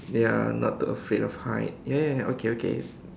ya not to afraid of height ya ya ya okay okay